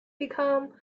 become